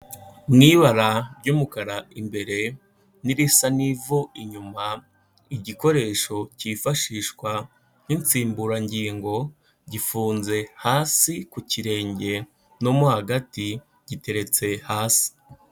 Ni ibara ry'umukara imbere n'irisa n'ivu inyuma, igikoresho cyifashishwa nk'insimburangingo gifunze hasi ku kirenge no mo hagati, giteretse hasi.